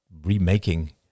remaking